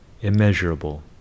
immeasurable